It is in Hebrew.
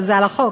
זה על החוק,